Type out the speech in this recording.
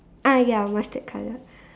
uh ya mustard colour